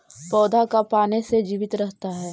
पौधा का पाने से जीवित रहता है?